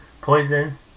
Poison